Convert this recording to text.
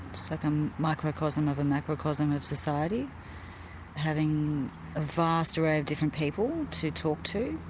so like um microcosm of a macrocosm of society having a vast array of different people to talk to.